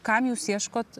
kam jūs ieškot